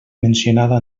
mencionada